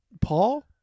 Paul